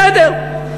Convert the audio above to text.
בסדר.